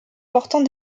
portant